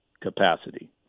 capacity